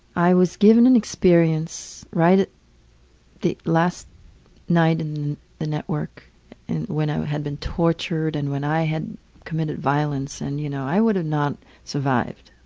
i was given an experience right at the last night in the network and when i had been tortured and when i had committed violence and, you know, i would not have survived.